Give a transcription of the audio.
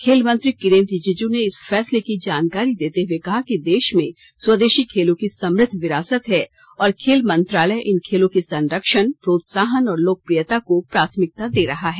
खेल मंत्री किरेन रिजिजू ने इस फैसले की जानकारी देते हुए कहा कि देश में स्वदेशी खेलों की समुद्व विरासत है और खेल मंत्रालय इन खेलों के संरक्षण प्रोत्साहन और लोकप्रियता को प्राथमिकता दे रहा है